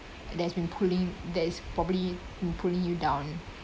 that's been pulling that is probably pulling you down